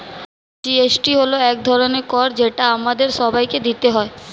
GST হল এক ধরনের কর যেটা আমাদের সবাইকে দিতে হয়